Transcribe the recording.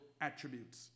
attributes